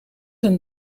een